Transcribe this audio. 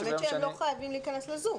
הם לא חייבים להיכנס לזום.